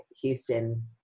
Houston